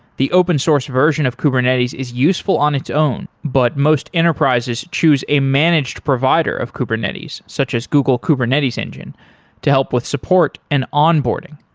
the open source version of kubernetes is useful on its own, but most enterprises choose a managed provider of kubernetes such as google kubernetes engine to help with support and onboarding.